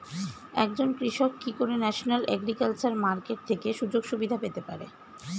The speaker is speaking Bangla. একজন কৃষক কি করে ন্যাশনাল এগ্রিকালচার মার্কেট থেকে সুযোগ সুবিধা পেতে পারে?